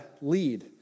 lead